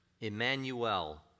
Emmanuel